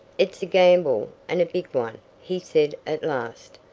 it's a gamble, and a big one, he said at last,